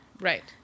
Right